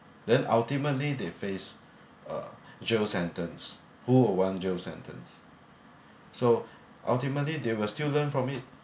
then ultimately they face uh jail sentence who would want jail sentence so ultimately they were still learn from it